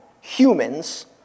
humans